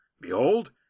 Behold